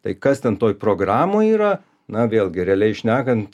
tai kas ten toj programoj yra na vėlgi realiai šnekant